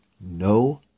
no